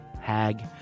hag